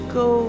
go